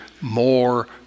more